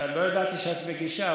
לא ידעתי שאת מגישה,